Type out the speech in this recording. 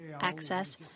access